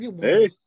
hey